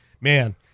man